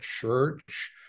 church